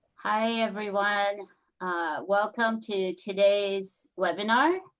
hi, everyone. welcome to today's webinar.